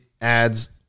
adds